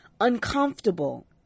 uncomfortable